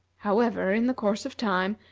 however, in the course of time,